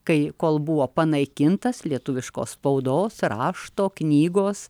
kai kol buvo panaikintas lietuviškos spaudos rašto knygos